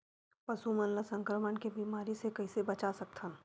पशु मन ला संक्रमण के बीमारी से कइसे बचा सकथन?